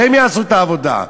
שהם יעשו את העבודה.